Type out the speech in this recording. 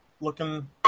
looking